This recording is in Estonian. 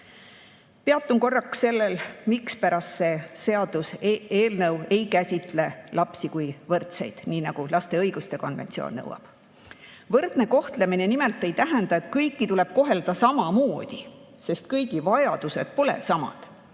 korraks sellel, mispärast see seaduseelnõu ei käsitle lapsi kui võrdseid, nii nagu laste õiguste konventsioon nõuab. Võrdne kohtlemine nimelt ei tähenda, et kõiki tuleb kohelda samamoodi, sest kõigi vajadused pole samad.